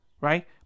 right